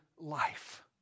life